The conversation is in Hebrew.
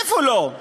איפה לא?